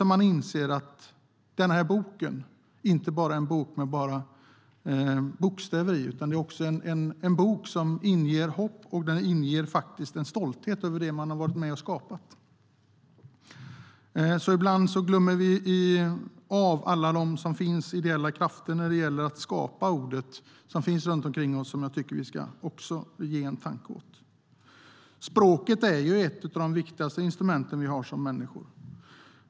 Samtidigt inser man att årsboken inte bara är en bok med bokstäver utan en bok som inger hopp och stolthet över det människor har varit med om att skapa. Ibland glömmer man bort alla ideella krafter som finns när det gäller att skapa ordet. De finns runt omkring oss, och jag tycker att vi ska skänka dem en tanke. Språket är ett av de viktigaste instrument vi har som människor.